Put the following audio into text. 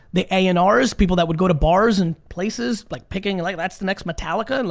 the a and rs, people that would go to bars in places like picking like that's the next metallica, and